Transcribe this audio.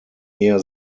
near